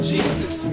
Jesus